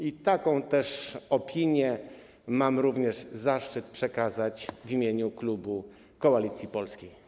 I taką też opinię mam również zaszczyt przekazać w imieniu klubu Koalicji Polskiej.